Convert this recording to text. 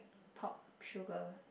pop sugar